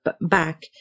back